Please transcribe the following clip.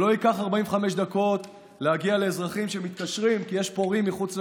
שלא ייקח 45 דקות להגיע לאזרחים שמתקשרים כי יש פורעים מחוץ לביתם,